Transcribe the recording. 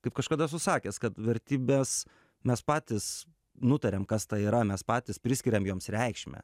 kaip kažkada esu sakęs kad vertybes mes patys nutariam kas ta yra mes patys priskiriam joms reikšmę